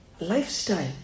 Lifestyle